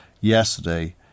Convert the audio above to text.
yesterday